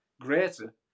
greater